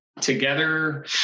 together